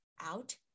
out